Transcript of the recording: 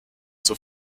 zur